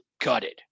gutted